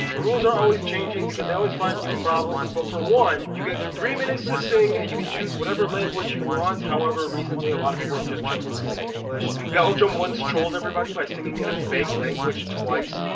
the rules are always changing because they always find new problems but for one you get three minutes to sing and you can choose whatever language you want however recently a lot of people have just chosen to sing in english and belgium once told everybody by singing in a fake language twice